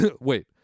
Wait